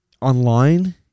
online